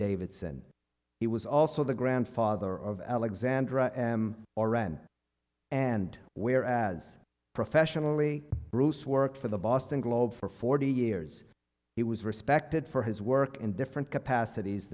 davidson he was also the grandfather of alexandra m or ren and where as professionally bruce worked for the boston globe for forty years he was respected for his work in different capacities